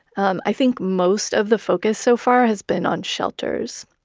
um i think most of the focus so far has been on shelters.